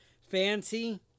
fancy